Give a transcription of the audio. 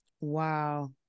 Wow